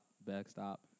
Backstop